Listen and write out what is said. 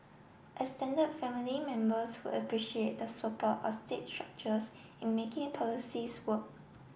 extended family members would appreciate the support of state structures in making policies work